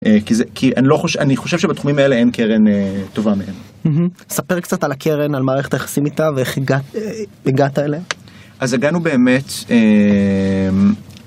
כי אני חושב שבתחומים האלה אין קרן טובה מהם. ספר קצת על הקרן, על מערכת היחסים איתה ואיך הגעת אליה. אז הגענו באמת...